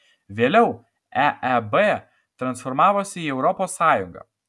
vėliau eeb transformavosi į europos sąjungą